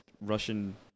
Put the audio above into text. Russian